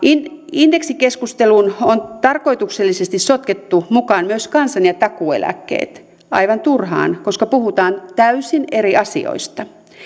indeksikeskusteluun on tarkoituksellisesti sotkettu mukaan myös kansan ja takuueläkkeet aivan turhaan koska puhutaan täysin eri asioista